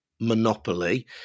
monopoly